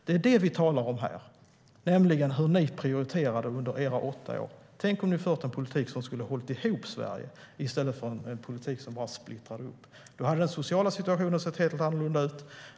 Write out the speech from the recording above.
Det är detta vi talar om här, nämligen hur ni prioriterade under era åtta år. Tänk om ni hade fört en politik som höll ihop Sverige i stället för en politik som bara splittrade upp! Då hade den sociala situationen sett helt annorlunda ut.